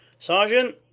sergeant,